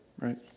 right